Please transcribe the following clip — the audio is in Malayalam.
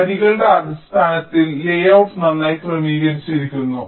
വരികളുടെ അടിസ്ഥാനത്തിൽ ലേയൌട് നന്നായി ക്രമീകരിച്ചിരിക്കുന്നു